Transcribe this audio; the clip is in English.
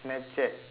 Snapchat